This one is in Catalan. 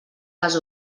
les